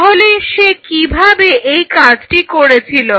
তাহলে সে কিভাবে এই কাজটি করেছিল